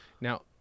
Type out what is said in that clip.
Now